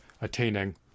attaining